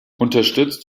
unterstützt